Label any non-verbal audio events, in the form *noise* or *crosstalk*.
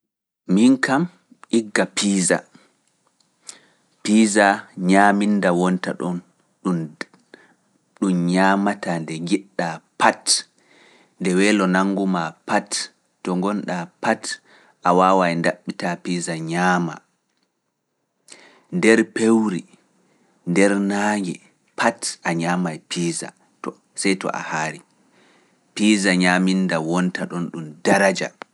Piiza ñaaminda wonta ɗon ɗum ñaamata nde njiɗa pat, nde weelo nanngu maa pat, to ngonɗaa pat a waawaay nyaama piiza to sey to a haari. Piisa ñaminda *hesitation* wonta ɗon ɗum daraja.